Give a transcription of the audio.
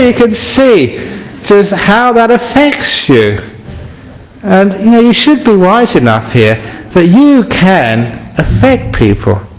ah could see how that affects you and you should be wise enough here that you can affect people